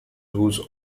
whose